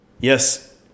Yes